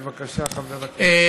בבקשה, חבר הכנסת.